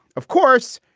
of course,